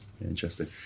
Interesting